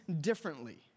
differently